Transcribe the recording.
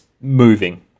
moving